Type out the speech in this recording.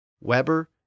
Weber